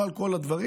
לא על כל הדברים,